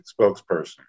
spokesperson